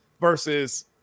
versus